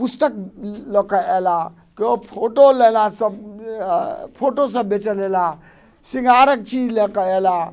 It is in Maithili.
पुस्तक लऽके अयला केओ फोटो लेला सभ फोटो सभ बेचैले अयला सिंगारक चीज लऽके अयला